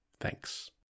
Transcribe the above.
Thanks